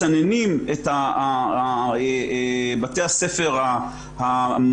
מסננים את בתי הספר המקיפים,